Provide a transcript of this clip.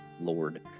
Lord